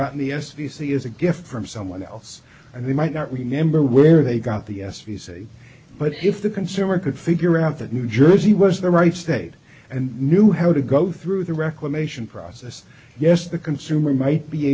gotten the s v c is a gift from someone else and they might not remember where they got the s v c but if the consumer could figure out that new jersey was the right state and knew how to go through the reclamation process yes the consumer might be